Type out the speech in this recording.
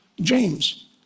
James